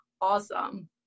Awesome